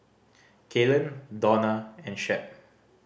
Kaylen Dona and Shep